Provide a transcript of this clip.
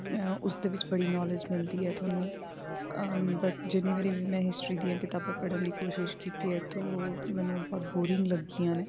ਉਸ ਦੇ ਵਿੱਚ ਬੜੀ ਨੌਲੇਜ ਮਿਲਦੀ ਹੈ ਤੁਹਾਨੂੰ ਬਟ ਜਿੰਨੀ ਵਾਰੀ ਵੀ ਮੈਂ ਹਿਸਟਰੀ ਦੀਆਂ ਕਿਤਾਬਾਂ ਪੜ੍ਹਨ ਦੀ ਕੋਸ਼ਿਸ਼ ਕੀਤੀ ਹੈ ਤਾਂ ਮੈਨੂੰ ਬਹੁਤ ਬੋਰਿੰਗ ਲੱਗੀਆਂ ਨੇ